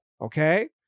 okay